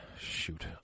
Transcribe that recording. Shoot